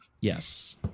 Yes